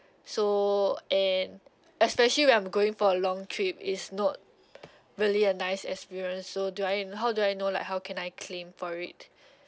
so and especially when I'm going for a long trip it's not really a nice experience so do I how do I know like how can I claim for it